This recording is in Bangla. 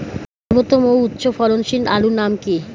সর্বোত্তম ও উচ্চ ফলনশীল আলুর নাম কি?